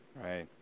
Right